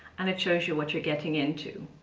and it shows you what you're getting into.